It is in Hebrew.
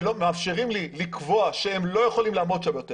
שלא מאפשרים לי לקבוע שהם לא יכולים לעמוד שם יותר